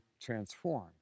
transform